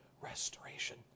restoration